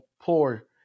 poor